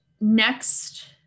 next